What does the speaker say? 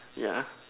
yeah